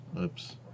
Oops